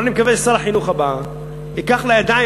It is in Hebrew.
אבל אני מקווה ששר החינוך הבא ייקח לידיים